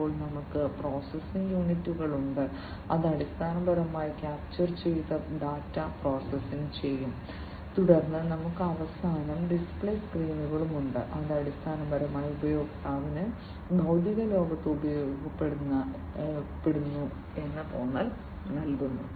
അപ്പോൾ നമുക്ക് പ്രോസസ്സിംഗ് യൂണിറ്റുകൾ ഉണ്ട് അത് അടിസ്ഥാനപരമായി ക്യാപ്ചർ ചെയ്ത ഡാറ്റ പ്രോസസ്സ് ചെയ്യും തുടർന്ന് നമുക്ക് അവസാനം ഡിസ്പ്ലേ സ്ക്രീനുകൾ ഉണ്ട് അത് അടിസ്ഥാനപരമായി ഉപയോക്താവിന് ഭൌതിക ലോകത്ത് ഉപയോഗിക്കപ്പെടുന്നു എന്ന തോന്നൽ നൽകുന്നു